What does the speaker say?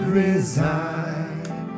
resign